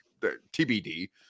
TBD